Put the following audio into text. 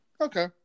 Okay